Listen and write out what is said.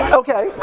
okay